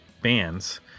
bands